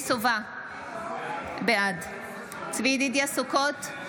בעד צבי ידידיה סוכות,